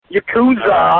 Yakuza